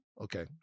Okay